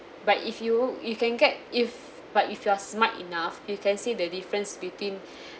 but if you you can get if but if you are smart enough you can see the difference between